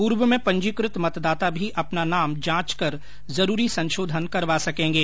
पूर्व में पंजीकृत मतदाता भी अपना नाम जांच कर जरूरी संशोधन करवा सकेंगे